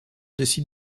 décident